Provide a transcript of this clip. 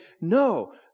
no